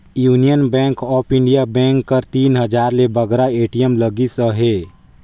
union Bank of India bank कर तीन हजार ले बगरा ए.टी.एम लगिस अहे